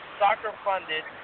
soccer-funded